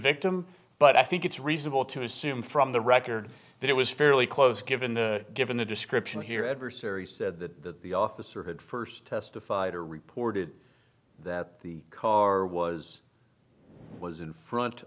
victim but i think it's reasonable to assume from the record that it was fairly close given the given the description here adversaries that the officer had first testified or reported that the car was was in front